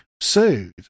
sued